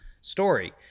story